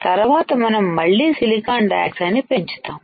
తర్వాత మనం మళ్ళీ సిలికాన్ డయాక్సైడ్ ని పెంచు తాము